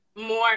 more